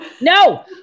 No